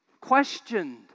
questioned